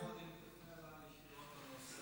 אני אשמח מאוד אם תפנה אליי ישירות.